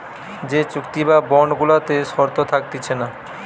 যে চুক্তি বা বন্ড গুলাতে শর্ত থাকতিছে না